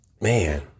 Man